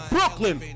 Brooklyn